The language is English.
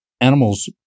animals